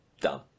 dumb